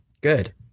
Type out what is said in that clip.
Good